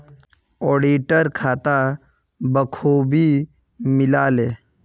auditor खाता बखूबी मिला ले